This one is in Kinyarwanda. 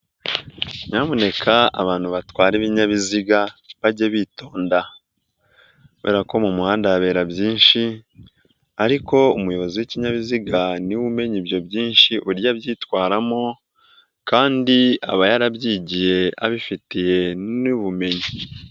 Nyamuneka abantu batwara ibinyabiziga bajye bitonda kubera ko mu muhanda habera byinshi ariko umuyobozi w'ikinyabiziga niwe umenya ibyo byinshi uburyo abyitwaramo kandi aba yarabyigiye abifitiye n'ubumenyi.